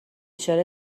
چاره